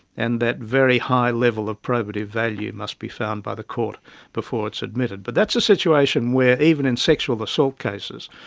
and that very high level of probative value must be found by the court before before it's admitted. but that's a situation where, even in sexual assault cases,